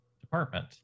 department